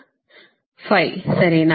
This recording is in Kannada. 5 ಸರಿನಾ